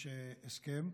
יש הסכם,